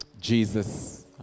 Jesus